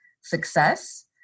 success